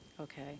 okay